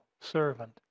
servant